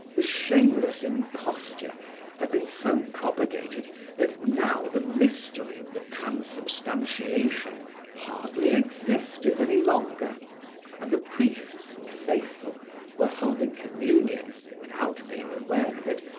the shameless imposture had been so propagated that now the mystery of the transubstantiation hardly existed any longer and the priests and faithful were holding communion, without being aware of it,